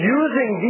using